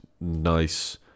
nice